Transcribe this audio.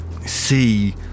see